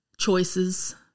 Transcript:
choices